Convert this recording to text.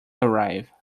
arrive